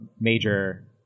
major